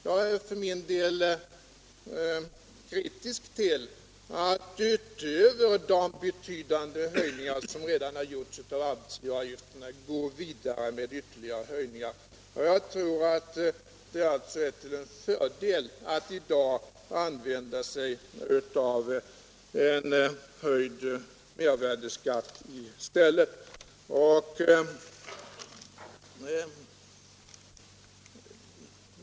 Jag är för min del kritisk till att utöver de betydande höjningar som redan har gjorts av arbetsgivaravgifterna gå vidare med ytterligare höjningar. Jag tror att det är en fördel att i dag använda sig av en höjd mervärdeskatt i stället.